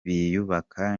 biyubaka